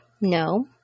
No